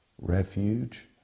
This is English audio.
refuge